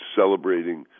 celebrating